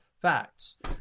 FACTS